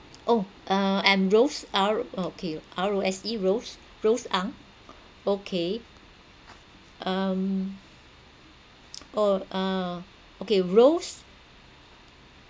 oh um I'm rose R okay R O S E rose rose ang okay um oh uh okay rose